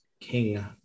King